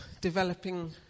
developing